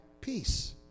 peace